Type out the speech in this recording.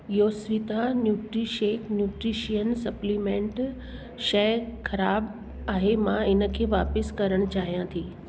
योस्विता Nutrishake nutrition supplement शइ ख़राब आहे मां इन खे वापिसि करण चाहियां थी